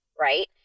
right